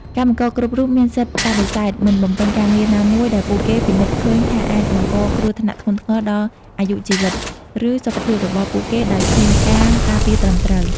កម្មករគ្រប់រូបមានសិទ្ធិបដិសេធមិនបំពេញការងារណាមួយដែលពួកគេពិនិត្យឃើញថាអាចបង្កគ្រោះថ្នាក់ធ្ងន់ធ្ងរដល់អាយុជីវិត ឬសុខភាពរបស់ពួកគេដោយគ្មានការការពារត្រឹមត្រូវ។